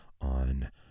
on